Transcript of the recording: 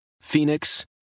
Phoenix